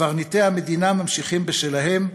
קברניטי המדינה ממשיכים בשלהם,